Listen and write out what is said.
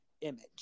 image